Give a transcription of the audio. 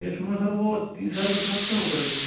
इसमें सर वह तीन हज़ार रुपये छूट लगता ऊपर के